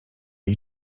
jej